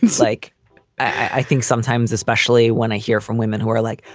like i think sometimes, especially when i hear from women who are like.